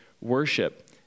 worship